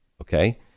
okay